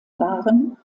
waren